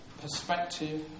perspective